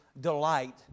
delight